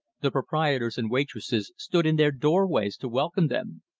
the proprietors and waitresses stood in their doorways to welcome them.